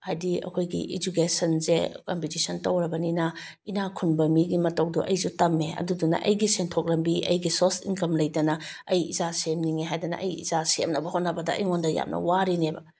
ꯍꯥꯏꯗꯤ ꯑꯩꯈꯣꯏꯒꯤ ꯏꯖꯨꯀꯦꯁꯟꯁꯦ ꯀꯝꯄꯤꯇꯤꯁꯟ ꯇꯧꯔꯕꯅꯤꯅ ꯏꯅꯥꯛꯈꯨꯟꯕ ꯃꯤꯒꯤ ꯃꯇꯧꯗꯣ ꯑꯩꯁꯨ ꯇꯝꯃꯦ ꯑꯗꯨꯗꯨꯅ ꯑꯩꯒꯤ ꯁꯦꯟꯊꯣꯛ ꯂꯝꯕꯤ ꯑꯩꯒꯤ ꯁꯣꯁ ꯏꯟꯀꯝ ꯂꯩꯇꯅ ꯑꯩ ꯏꯆꯥ ꯁꯦꯝꯅꯤꯡꯉꯦ ꯍꯥꯏꯗꯅ ꯑꯩ ꯏꯆꯥ ꯁꯦꯝꯅꯕ ꯍꯣꯠꯅꯕꯗ ꯑꯩꯉꯣꯟꯗ ꯌꯥꯝꯅ ꯋꯥꯔꯤꯅꯦꯕ